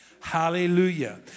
Hallelujah